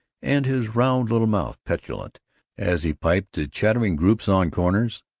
and his round little mouth petulant as he piped to chattering groups on corners.